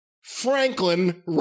Franklin